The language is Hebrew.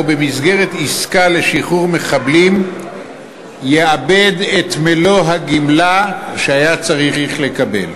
במסגרת עסקה לשחרור מחבלים יאבד את מלוא הגמלה שהיה צריך לקבל.